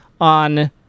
on